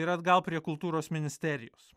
ir atgal prie kultūros ministerijos